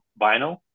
vinyl